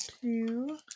two